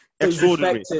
extraordinary